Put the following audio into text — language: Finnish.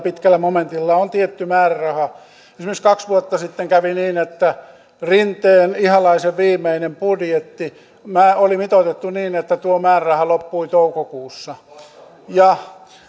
pitkällä viidennelläkymmenennelläensimmäisellä momentilla on tietty määräraha esimerkiksi kaksi vuotta sitten kävi niin että rinteen ihalaisen viimeinen budjetti oli mitoitettu niin että tuo määräraha loppui toukokuussa ja